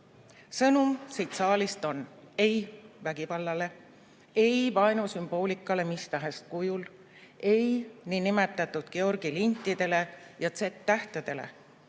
Sõnum siit saalist on: ei vägivallale, ei vaenusümboolikale mis tahes kujul, ei niinimetatud Georgi lintidele ja Z‑tähtedele,